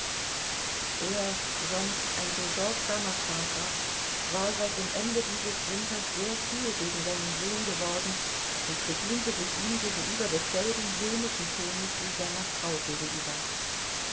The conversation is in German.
er sonst ein so sorgsamer vater war seit dem ende dieses winters sehr kühl gegen seinen sohn geworden und bediente sich ihm gegenüber desselben höhnischen tones wie seiner frau gegenüber